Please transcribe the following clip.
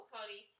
Cody